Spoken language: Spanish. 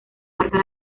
marca